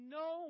no